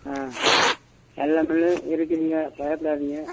ஆ எல்லா மீனும் இருக்குதுங்க பயப்படாதீங்க